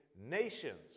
nations